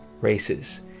races